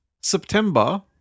September